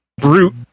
brute